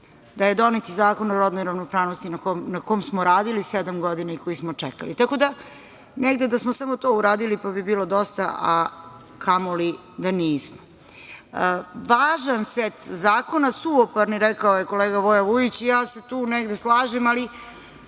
da je donet i Zakon o rodnoj ravnopravnosti, na kom smo radili sedam godina i koji smo čekali. Da smo samo to uradili, pa bi bilo dosta, a kamoli da nismo. Važan set zakona, suvoparni, rekao je kolega Vujić, i ja se tu negde slažem, ali